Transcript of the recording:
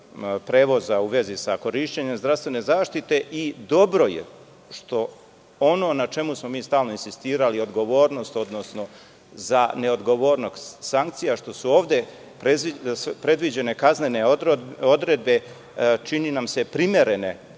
prevoza u vezi sa korišćenjem zdravstvene zaštite i dobro je što, ono na čemu smo mi stalno insistirali, odgovornost, odnosno za ne odgovornost sankcija, što su ovde predviđene kaznene odredbe, čini nam se primerene